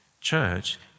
church